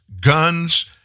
guns